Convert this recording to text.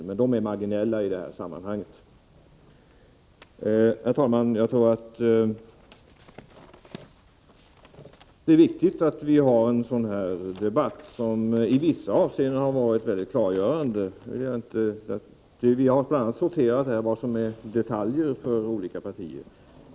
Men de är marginella i det här sammanhanget. Herr talman! Jag tror att det är viktigt att vi för en sådan här debatt, som i vissa avseenden är mycket klargörande. Vi har bl.a. diskuterat vad som är detaljer för olika partier.